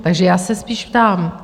Takže já se spíš ptám.